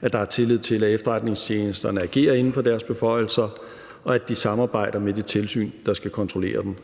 at der er tillid til, at efterretningstjenesterne agerer inden for deres beføjelser, og at de samarbejder med de tilsyn, der skal kontrollere dem.